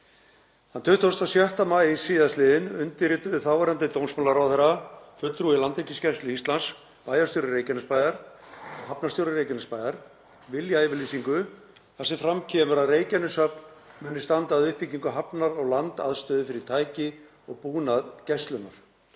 Þann 26. maí síðastliðinn undirrituðu þáverandi dómsmálaráðherra, fulltrúi Landhelgisgæslu Íslands, bæjarstjóri Reykjanesbæjar og hafnarstjóri Reykjanesbæjar viljayfirlýsingu þar sem fram kemur að Reykjaneshöfn muni standa að uppbyggingu hafnar og landaðstöðu fyrir tæki og búnað Gæslunnar.